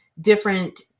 different